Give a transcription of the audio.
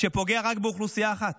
שפוגע רק באוכלוסייה אחת?